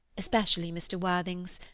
especially mr. worthing's.